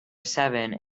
seven